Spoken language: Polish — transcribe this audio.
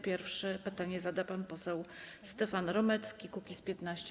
Pierwszy pytanie zada pan poseł Stefan Romecki, Kukiz’15.